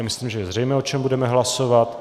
Myslím, že je zřejmé, o čem budeme hlasovat.